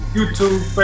YouTube